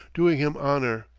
doing him honour.